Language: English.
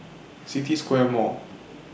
City Square Mall